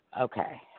Okay